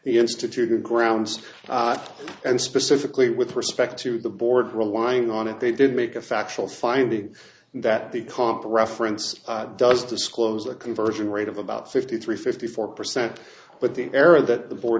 institute or grounds and specifically with respect to the board relying on it they did make a factual finding that the comp reference does disclose the conversion rate of about fifty three fifty four percent but the error that